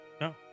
No